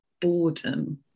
boredom